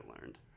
learned